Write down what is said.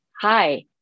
Hi